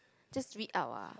just read out ah